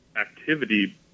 activity